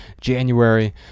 January